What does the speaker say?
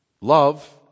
Love